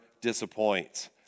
disappoints